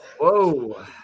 Whoa